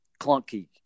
clunky